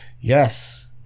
Yes